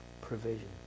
Provision